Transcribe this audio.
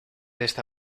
esta